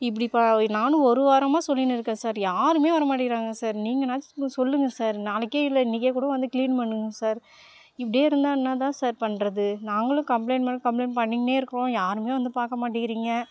இப்படி ப நானும் ஒரு வாரமாக சொல்லின்னு இருக்கேன் சார் யாரும் வர மாட்டேங்கிறாங்க சார் நீங்கனாச்சும் கொஞ்சம் சொல்லுங்கள் சார் நாளைக்கே இல்லை இன்றைக்கே கூட வந்து க்ளீன் பண்ணுங்கள் சார் இப்படியே இருந்தால் என்ன தான் சார் பண்ணுறது நாங்களும் கம்பளைண்ட் மேலே கம்பளைண்ட் பண்ணிங்கின்னே இருக்கிறோம் யாரும் வந்து பார்க்க மாட்டேங்கிறீங்க